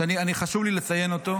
חשוב לי לציין אותו,